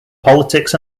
politics